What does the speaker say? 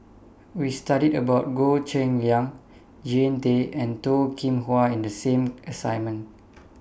We studied about Goh Cheng Liang Jean Tay and Toh Kim Hwa in The same assignment